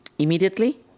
Immediately